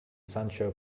sancho